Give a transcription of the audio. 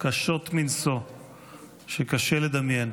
קשות מנשוא שקשה לדמיין,